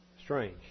Strange